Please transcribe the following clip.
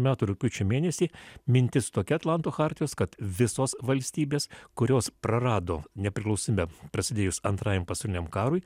metų rugpjūčio mėnesį mintis tokia atlanto chartijos kad visos valstybės kurios prarado nepriklausomybę prasidėjus antrajam pasauliniam karui